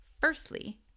Firstly